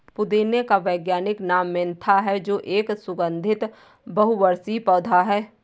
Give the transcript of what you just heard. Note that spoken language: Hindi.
पुदीने का वैज्ञानिक नाम मेंथा है जो एक सुगन्धित बहुवर्षीय पौधा है